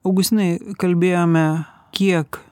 augustinai kalbėjome kiek